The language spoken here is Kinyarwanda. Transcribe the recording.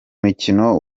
mukino